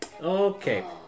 Okay